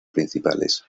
principales